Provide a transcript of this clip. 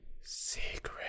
secret